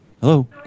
Hello